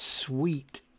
sweet